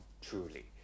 truly